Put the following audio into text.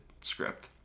script